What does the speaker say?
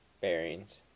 bearings